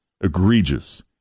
egregious